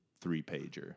three-pager